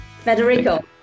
Federico